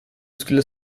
skulle